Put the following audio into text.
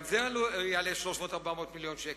גם זה יעלה 300 400 מיליון שקל.